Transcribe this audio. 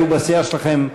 היו בסיעה שלכם,